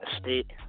state